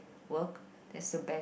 work there's the best